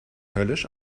höllisch